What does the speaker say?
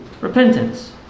Repentance